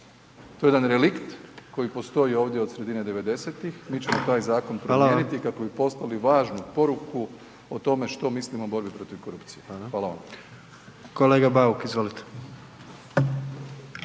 to je jedan relikt koji postoji ovdje od sredine 90.-tih, mi ćemo taj zakon promijeniti …/Upadica: Hvala/…kako bi poslali važnu poruku o tome što mislim o borbi protiv korupcije. Hvala vam.